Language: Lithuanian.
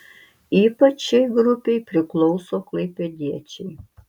ypač šiai grupei priklauso klaipėdiečiai